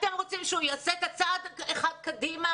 אתם רוצים שהוא יעשה צעד אחד קדימה?